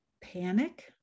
panic